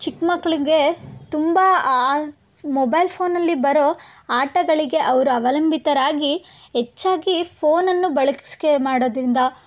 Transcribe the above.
ಚಿಕ್ಕಮಕ್ಳಿಗೆ ತುಂಬ ಮೊಬೈಲ್ ಫೋನಲ್ಲಿ ಬರೋ ಆಟಗಳಿಗೆ ಅವರು ಅವಲಂಬಿತರಾಗಿ ಹೆಚ್ಚಾಗಿ ಫೋನನ್ನು ಬಳಕೆ ಮಾಡೋದರಿಂದ